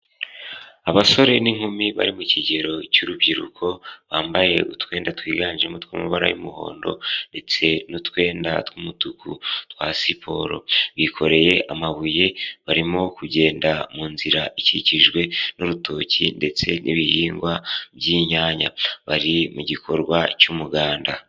Abasore n'inkumi bari mu kigero cy'urubyiruko, bambaye utwenda twiganjemo tw'amabara y'umuhondo ndetse n'utwenda tw'umutuku twa siporo. Bikoreye amabuye barimo kugenda mu nzira ikikijwe n'urutoki ndetse n'ibihingwa by'inyanya bari mu gikorwa cy'umuganda.